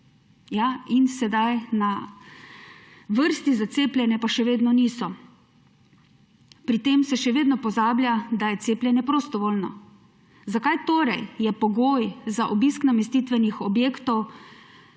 in sedaj na vrsti za cepljenje pa še vedno niso. Pri tem se še vedno pozablja, da je cepljenje prostovoljno. Zakaj torej je pogoj za obisk namestitvenih objektov